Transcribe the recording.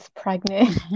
pregnant